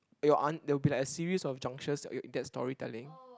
your an~ there'll be like a series of junction that you get storytelling